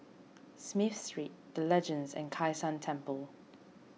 Smith Street the Legends and Kai San Temple